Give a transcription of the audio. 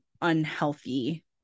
unhealthy